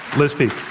liz peek?